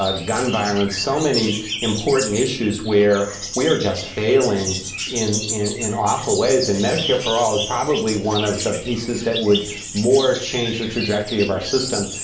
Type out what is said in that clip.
ah gun violence, so many important issues where we are just failing in in awful ways. and medicare for all is probably one of the pieces that would more change the trajectory of our system.